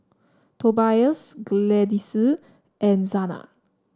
Tobias Gladyce and Zana